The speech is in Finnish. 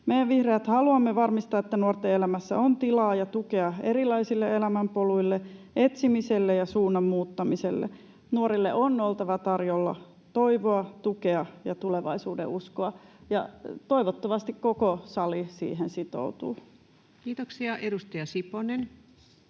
Me vihreät haluamme varmistaa, että nuorten elämässä on tilaa ja tukea erilaisille elämänpoluille, etsimiselle ja suunnan muuttamiselle. Nuorille on oltava tarjolla toivoa, tukea ja tulevaisuudenuskoa, ja toivottavasti koko sali siihen sitoutuu. [Speech 328] Speaker: